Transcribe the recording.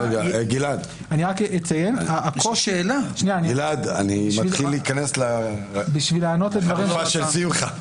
רגע, גלעד, אני מתחיל להיכנס לנעליים של שמחה.